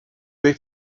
they